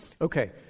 Okay